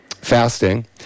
fasting